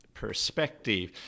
perspective